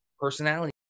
personality